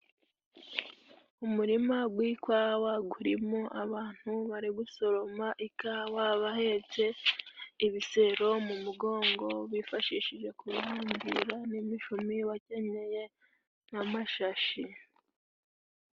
Umurima gw'ikwawa guri mo abantu bari gusoroma ikawa, bahetse ibisero mu mugongo, bifashishije ko banahambira n'imishumi, bakenyeye n'amashashi.